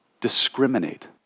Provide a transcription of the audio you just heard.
discriminate